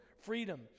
freedom